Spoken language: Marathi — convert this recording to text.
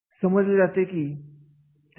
यामुळे संस्थेचा फायदा होऊ शकतो